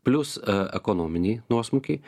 plius ekonominiai nuosmukiai